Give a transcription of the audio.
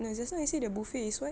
no just now you say the buffet is what